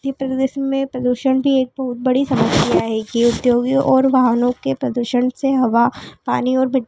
मध्य प्रदेश में प्रदूषण भी एक बहुत बड़ी समस्या है कि औद्योगिक और वाहनों के प्रदूषण से हवा पानी और